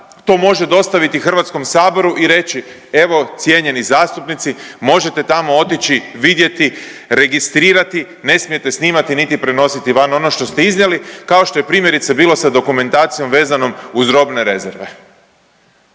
to može dostaviti Hrvatskom saboru i reći evo cijenjeni zastupnici možete tamo otići, vidjeti, registrirati, ne smijete snimati niti prenositi van ono što ste iznijeli kao što je primjerice bilo sa dokumentacijom veznom uz robne rezerve,